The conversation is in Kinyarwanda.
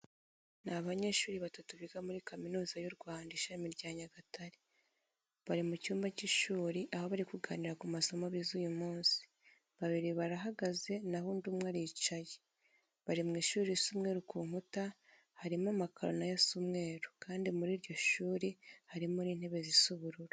Ni abanyeshuri batatu biga muri kaminuza y'u Rwanda ishami rya Nyagatare, bari mu cyumba cy'ishuri aho bari kuganira ku masomo bize uyu munsi, babiri barahagaze naho undi umwe aricaye. Bari mu ishuri risa umweru ku nkuta, harimo amakaro na yo asa umweru kandi muri iryo shuri harimo n'intebe zisa ubururu.